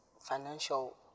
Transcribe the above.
financial